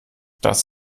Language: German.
das